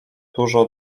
dużo